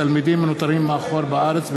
תלמידים נותרים מאחור בארץ,